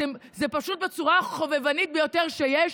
זה פשוט בצורה חובבנית ביותר שיש,